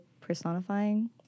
personifying